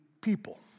people